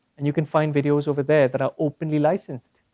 and you can find videos over there that are openly licensed,